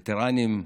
וטרנים,